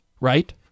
right